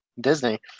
Disney